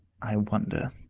i wonder?